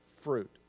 fruit